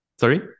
Sorry